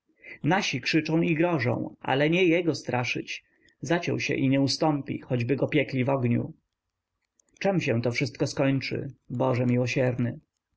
nasi krzyczą i grożą ale nie jego straszyć zaciął się i nie ustąpi choćby go piekli w ogniu czem się to wszystko skończy boże miłosierny